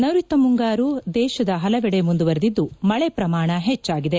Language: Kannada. ನೈಋತ್ಯ ಮುಂಗಾರು ದೇಶದ ಹಲವೆಡೆ ಮುಂದುವರಿದಿದ್ದು ಮಳೆ ಪ್ರಮಾಣ ಹೆಚ್ಚಾಗಿದೆ